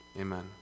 Amen